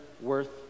worth